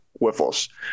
wiffles